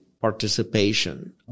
participation